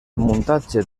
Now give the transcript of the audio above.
muntatge